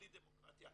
בלי דמוקרטיה,